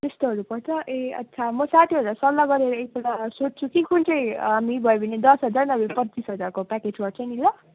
त्यस्तोहरू पर्छ ए अच्छा म साथीहरूलाई सल्लाह गरेर एकपल्ट सोध्छु कि कुन चाहिँ हामी भयो भने दस हजार नभए पच्चिस हजारको प्याकेज गर्छु नि ल